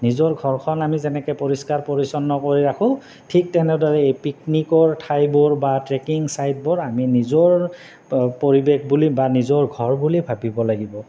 নিজৰ ঘৰখন আমি যেনেকৈ পৰিষ্কাৰ পৰিচ্ছন্ন কৰি ৰাখোঁ ঠিক তেনেদৰে এই পিকনিকৰ ঠাইবোৰ বা ট্ৰেকিং ছাইটবোৰ আমি নিজৰ পৰিৱেশ বুলি বা নিজৰ ঘৰ বুলি ভাবিব লাগিব